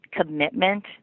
commitment